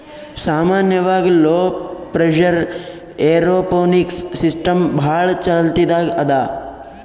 ಸಾಮಾನ್ಯವಾಗ್ low pressure aeroponics system ಭಾಳ್ ಚಾಲ್ತಿದಾಗ್ ಅದಾ